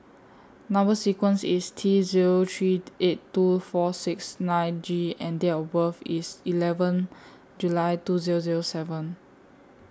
Number sequence IS T Zero three eight two four six nine G and Date of birth IS eleven July two Zero Zero seven